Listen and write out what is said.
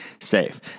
safe